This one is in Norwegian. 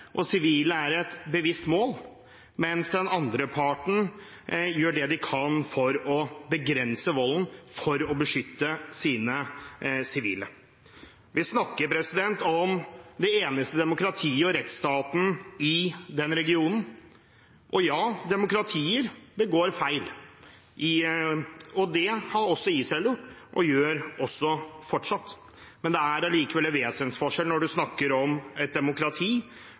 sivile er et bevisst mål, mens den andre parten gjør det de kan for å begrense volden for å beskytte sine sivile. Vi snakker om det eneste demokratiet og den eneste rettsstaten i den regionen. Og ja, demokratier begår feil, det har også Israel gjort og gjør også fortsatt, men det er likevel en vesensforskjell når man snakker om et demokrati mot noen krefter som på ingen måte kan kalles et demokrati.